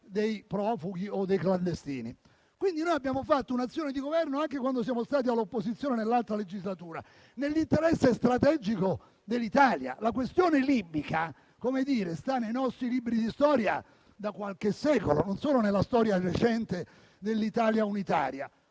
dei profughi o dei clandestini. Abbiamo fatto quindi un'azione di Governo anche quando siamo stati all'opposizione, nell'altra legislatura, nell'interesse strategico dell'Italia. La questione libica sta nei nostri libri di storia da qualche secolo, non solo nella storia recente dell'Italia unitaria,